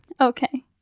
Okay